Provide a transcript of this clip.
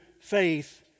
faith